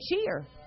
cheer